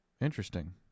Interesting